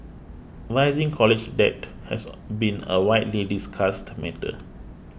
rising college debt has a been a widely discussed matter